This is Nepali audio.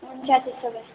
हुन्छ त्यसो भए